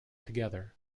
together